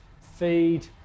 feed